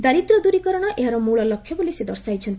ଦାରିଦ୍ର୍ୟ ଦୂରୀକରଣ ଏହାର ମୂଳ ଲକ୍ଷ୍ୟ ବୋଲି ସେ ଦର୍ଶାଇଛନ୍ତି